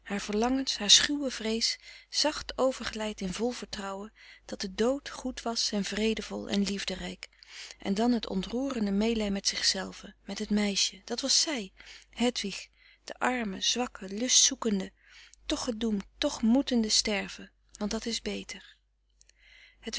verlangens haar schuwe vrees zacht overgeleid in vol vertrouwen dat de dood goed was en vredevol en liefderijk en dan het ontroerende meelij met zichzelve met het meisje dat was zij hedwig de arme zwakke lustzoekende toch gedoemd toch moetende sterven want dat is beter